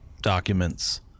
documents